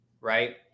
right